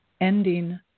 ending